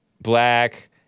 Black